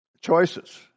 choices